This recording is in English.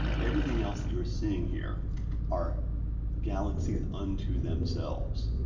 everything else that you are seeing here are galaxies unto themselves.